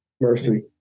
mercy